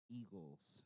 eagles